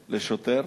לשוטר.